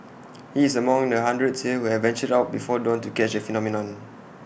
he is among the hundreds here who have ventured out before dawn to catch the phenomenon